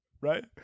right